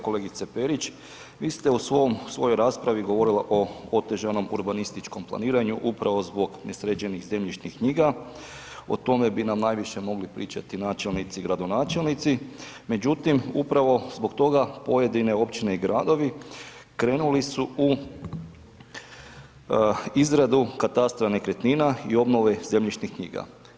Kolegice Perić, vi ste u svojoj raspravi govorila o otežanom urbanističkom planiranju upravo zbog nesređenih zemljišnih knjiga, o tome bi nam najviše mogli pričati načelnici, gradonačelnici međutim upravo zbog toga pojedine općine i gradovi krenuli su u izradu katastra nekretnina i obnove zemljišnih knjiga.